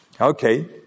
Okay